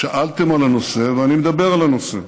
שאלתם על הנושא, ואני מדבר על הנושא.